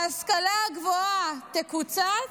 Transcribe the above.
ההשכלה הגבוהה תקוצץ,